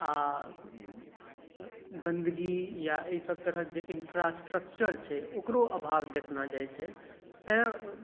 आ गन्दगी या एहि सभ तरहक जे इन्फ्रास्ट्रक्चर छै ओकरो अभाव देखना जाइत छै तै